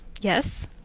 yes